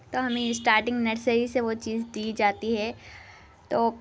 تو ہمیں starting nursery سے وہ چیز دی جاتی ہے تو